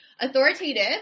Authoritative